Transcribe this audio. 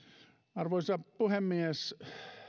arvoisa puhemies